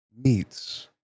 Meats